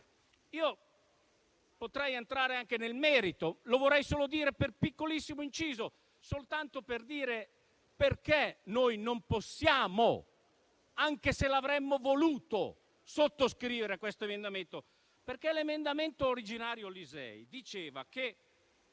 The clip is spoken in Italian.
Io potrei entrare anche nel merito e vorrei farlo per piccolo inciso, soltanto per spiegare perché noi non possiamo, anche se avremmo voluto farlo, sottoscrivere questo emendamento. L'emendamento originario diceva che